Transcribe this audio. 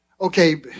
Okay